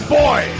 boy